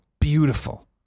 beautiful